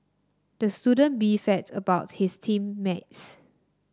the student beefed about his team mates